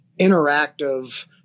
interactive